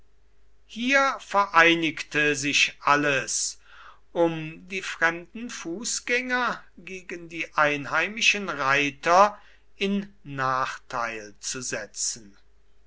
hier vereinigte sich alles um die fremden fußgänger gegen die einheimischen reiter in nachteil zu setzen